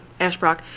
Ashbrock